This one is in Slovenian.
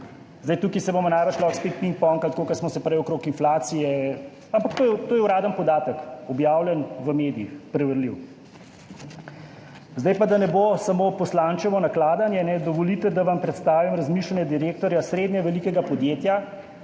EU. Tukaj se bomo najbrž lahko spet pingpongali, tako kot smo se prej okrog inflacije, ampak to je uraden podatek, objavljen v medijih, preverljiv. Zdaj pa, da ne bo samo poslančevo nakladanje, dovolite, da vam predstavim razmišljanje direktorja srednje velikega podjetja,